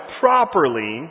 properly